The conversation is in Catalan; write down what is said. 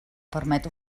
permet